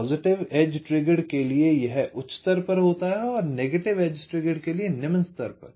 positive edge triggered के लिए यह उच्च स्तर पर होता है और नेगेटिव एज ट्रिगर्ड के लिए निम्न स्तर पर